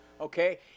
Okay